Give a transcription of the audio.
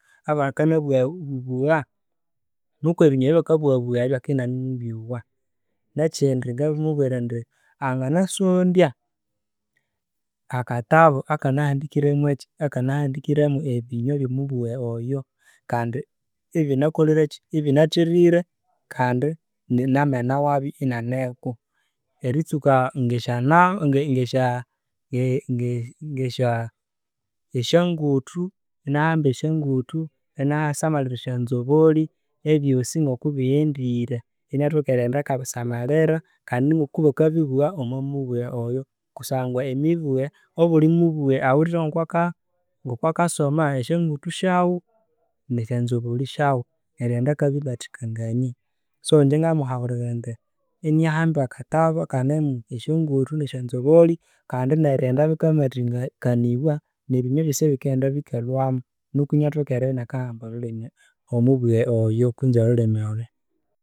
Abakana bugha bugha nikwa ebinywa ebya bakanabughabugha ebyo, akendibya inaine mubyowa. Nekindi namamubwira indi anganasondya akatabu akanahaindikre mwaki, akanahandikir me binywa ebya'mubughe oyo kandi ibinakolireki, ibinatherire kandi na mena wabyo inianeko eritsuka ngesya na- ngensya ngesya nguthu, inia samalhira nesyonzobolhi ebyosi ngoko bighendire inaithoka erighenda akabisamalhira kandi ngoko bakabibugha omwa mubughe oyo kusangwa emibughe, obuli mubughe awithe ngoko ngokwa kasoma esynguthu syaghu nesyanzobolhi syaghunerighenda akabimathikangania. So ingye ngamuhabulhira indi atholere iniahamba akatabu akenomo esynguthu nesyanzobolhi kandi nerighenda bikamathinganibwa nebinywe byosi ebikalhwamonuku iniathoka eribya iniakahamba olhulimi olwo no mubughe oyo kwinzi olulhimi'lwo.